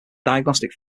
diagnostic